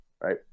right